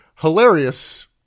Hilarious